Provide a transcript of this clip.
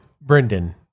Brendan